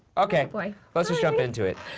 okay, let's just jump into it.